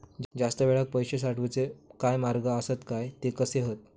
जास्त वेळाक पैशे साठवूचे काय मार्ग आसत काय ते कसे हत?